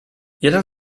jeden